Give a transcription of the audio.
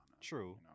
true